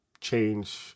change